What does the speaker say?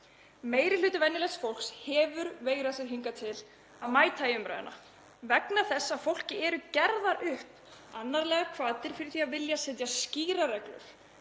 Meiri hluti venjulegs fólks hefur veigrað sér hingað til að mæta í umræðuna vegna þess að fólki eru gerðar upp annarlegar hvatir fyrir að vilja setja skýrar reglur,